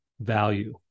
value